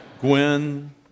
Gwen